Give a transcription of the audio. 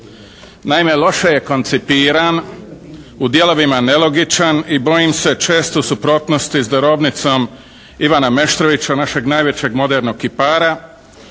Naime, loše je koncipiran, u dijelovima nelogičan i bojim se često u suprotnosti s darovnicom Ivana Meštrovića našeg najvećeg modernog kipara